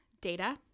data